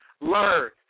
learn